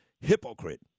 hypocrite